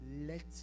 let